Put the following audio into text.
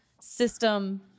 system